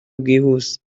bwihuse